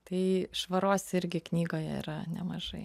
tai švaros irgi knygoje yra nemažai